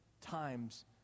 times